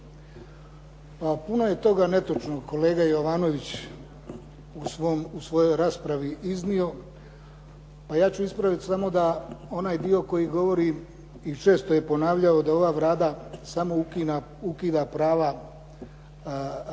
Pa puno je toga netočno kolega Jovanović u svojoj raspravi iznio. A ja ću ispraviti samo onaj dio koji govori i često je ponavljao da ova Vlada samo ukida prava osjetljivim